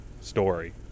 story